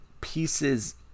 pieces